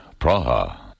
Praha